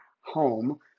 home